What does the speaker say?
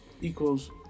equals